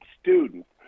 students